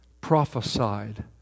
prophesied